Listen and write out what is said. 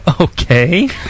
Okay